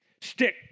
Stick